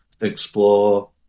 explore